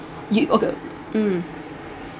you okay mm